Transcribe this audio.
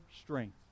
strength